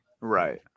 right